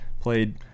played